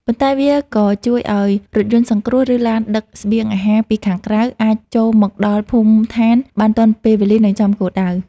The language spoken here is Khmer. ប៉ុន្តែវាក៏ជួយឱ្យរថយន្តសង្គ្រោះ ឬឡានដឹកស្បៀងអាហារពីខាងក្រៅ អាចចូលមកដល់មូលដ្ឋានបានទាន់ពេលវេលា និងចំគោលដៅ។